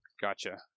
gotcha